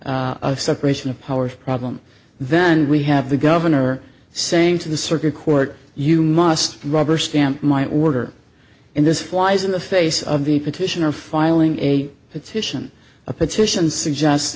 separation of powers problem then we have the governor saying to the circuit court you must rubber stamp my order in this flies in the face of the petitioner filing a petition a petition suggest